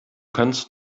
kannst